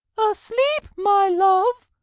asleep, my love?